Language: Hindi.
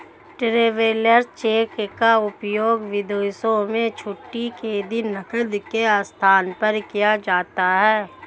ट्रैवेलर्स चेक का उपयोग विदेशों में छुट्टी के दिन नकद के स्थान पर किया जाता है